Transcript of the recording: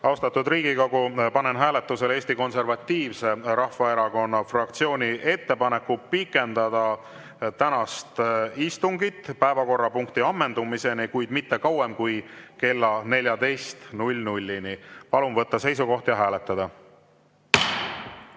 Austatud Riigikogu, panen hääletusele Eesti Konservatiivse Rahvaerakonna fraktsiooni ettepaneku pikendada tänast istungit päevakorrapunkti ammendumiseni, kuid mitte kauem kui kella 14‑ni. Palun võtta seisukoht ja hääletada!